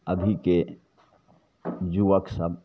अभीके युवकसभ